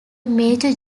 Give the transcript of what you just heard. major